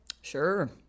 Sure